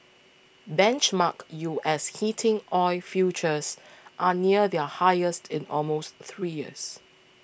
benchmark U S heating oil futures are near their highest in almost three years